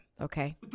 okay